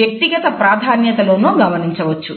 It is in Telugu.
వ్యక్తిగత ప్రాధాన్యతలోనూ గమనించవచ్చు